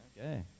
Okay